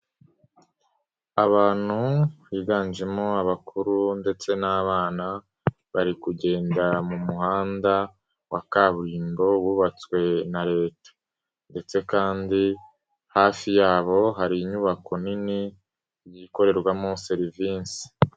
Abantu biganjemo abakuru ndetse n'abana barigenra mu muhanda wa kaburimbo wubatswe na Leta, ndetse kandi hafi yabo hari inyubako nini ikorerwamo serivisi.